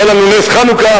והיה לנו נס חנוכה,